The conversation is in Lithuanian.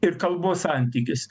ir kalbos santykis